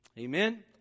Amen